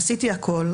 עשיתי הכול,